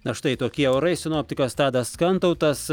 na štai tokie orai sinoptikas tadas kantautas